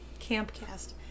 Campcast